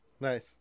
Nice